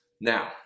Now